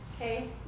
Okay